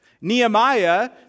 Nehemiah